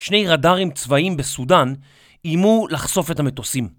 שני רדארים צבאיים בסודאן אימו לחשוף את המטוסים